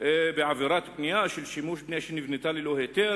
בעבירת בנייה של שימוש בנייה שנבנתה ללא היתר,